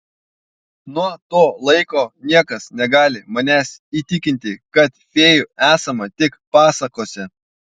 nuo to laiko niekas negali manęs įtikinti kad fėjų esama tik pasakose